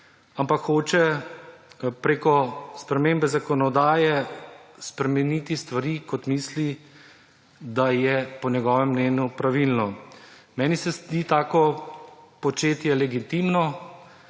ampak hoče preko spremembe zakonodaje spremeniti stvari, kot misli, da je po njegovem mnenju pravilno. Meni se zdi tako početje legitimno